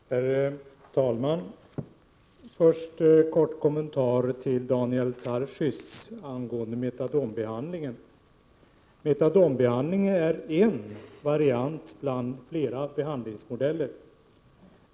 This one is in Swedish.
Herr talman! Först en kort kommentar till Daniel Tarschys angående metadonbehandlingen. Metadonbehandling är en variant bland flera behandlingsmodeller.